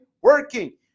working